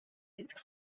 its